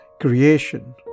creation